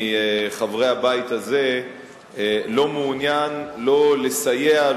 מחברי הבית הזה לא מעוניין לסייע,